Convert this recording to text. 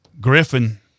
Griffin